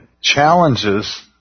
challenges